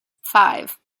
five